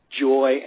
joy